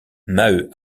maheu